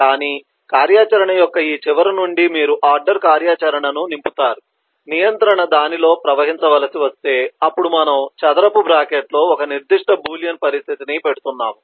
కానీ కార్యాచరణ యొక్క ఈ చివర నుండి మీరు ఆర్డర్ కార్యాచరణను నింపుతారు నియంత్రణ దానిలో ప్రవహించవలసి వస్తే అప్పుడు మనము చదరపు బ్రాకెట్లో ఒక నిర్దిష్ట బూలియన్ పరిస్థితిని పెడుతున్నాము